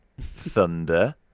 thunder